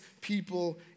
people